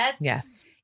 yes